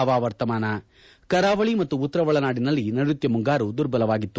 ಹವಾವರ್ತಮಾನ ಕರಾವಳಿ ಮತ್ತು ಉತ್ತರ ಒಳನಾಡಿನಲ್ಲಿ ನೈರುತ್ತ ಮುಂಗಾರು ದುರ್ಬಲವಾಗಿತ್ತು